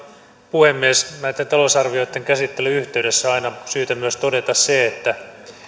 puhemies näitten talousarvioitten käsittelyn yhteydessä on aina syytä myös todeta se että